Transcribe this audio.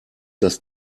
das